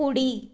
उडी